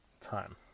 time